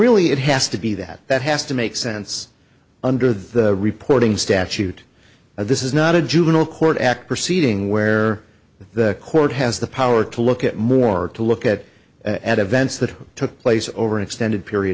really it has to be that that has to make sense under the reporting statute this is not a juvenile court act proceeding where the court has the power to look at more to look at at events that took place over an extended period